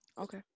okay